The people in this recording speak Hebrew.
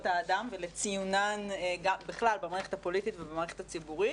האדם ולציונם בכלל במערכת הפוליטית ובמערכת הציבורית,